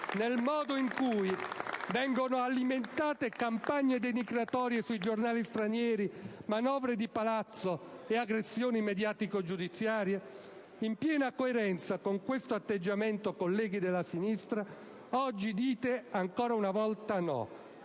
nel modo in cui vengono alimentate campagne denigratorie sui giornali stranieri, manovre di Palazzo e aggressioni mediatico-giudiziarie? In piena coerenza con questo atteggiamento, colleghi della sinistra, oggi dite ancora una volta no,